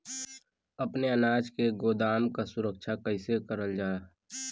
अपने अनाज के गोदाम क सुरक्षा कइसे करल जा?